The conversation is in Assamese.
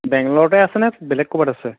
বেংগালুৰুতে আছে নে বেলেগ ক'ৰবাত আছেগৈ